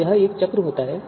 तो एक चक्र हो सकता है